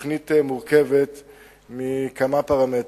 שהתוכנית מורכבת מכמה פרמטרים,